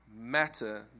matter